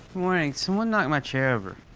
morning. someone knocked my chair over.